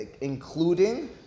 including